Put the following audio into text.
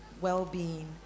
well-being